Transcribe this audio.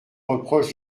reproche